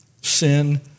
Sin